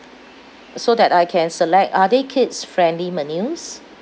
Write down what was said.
so that I can select are there kids friendly menus